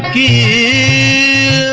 e